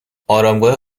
آرامگاه